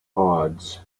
odds